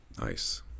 Nice